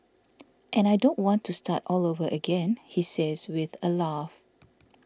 and I don't want to start all over again he says with a laugh